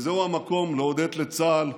וזהו המקום להודות לצה"ל,